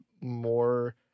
more